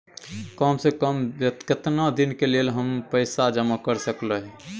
काम से कम केतना दिन के लेल हम पैसा जमा कर सकलौं हैं?